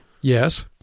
Yes